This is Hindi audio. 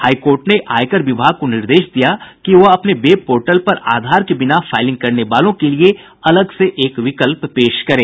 हाई कोर्ट ने आयकर विभाग को निर्देश दिया कि वह अपने वेब पोर्टल पर आधार के बिना फाइलिंग करने वालों के लिए अलग से एक विकल्प पेश करे